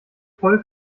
voll